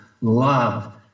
love